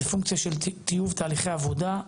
זה פונקציה של טיוב תהליכי עבודה.